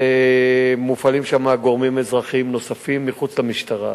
ומופעלים שם גורמים אזרחיים נוספים, מחוץ למשטרה.